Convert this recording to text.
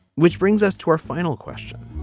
which brings us to our final question.